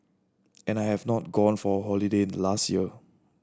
and I have not gone for holiday last year